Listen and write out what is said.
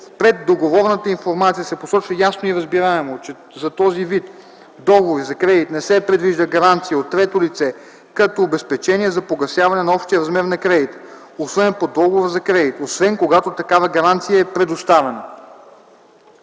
преддоговорната информация се посочва ясно и разбираемо, че за този вид договори за кредит не се предвижда гаранция от трето лице като обезпечение за погасяване на общия размер на кредита, усвоен по договора за кредит, освен когато такава гаранция е предоставена.